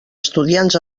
estudiants